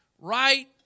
right